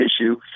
issue